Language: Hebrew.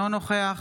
אינו נוכח